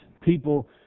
People